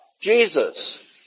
Jesus